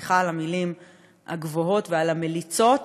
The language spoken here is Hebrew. סליחה על המילים הגבוהות ועל המליצות,